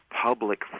public